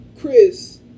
Chris